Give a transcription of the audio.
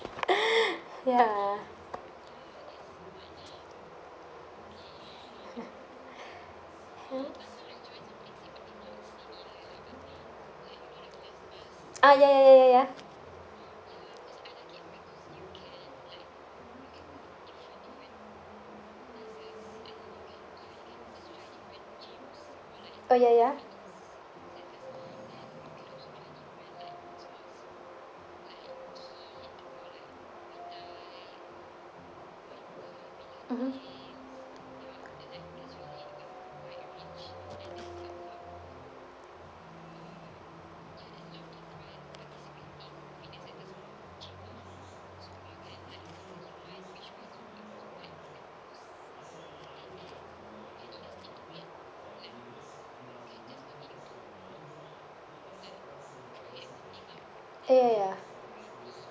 ya ah ya ya ya ya ya oh ya ya mmhmm ya ya ya